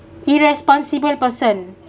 irresponsible person